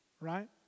right